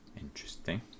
Interesting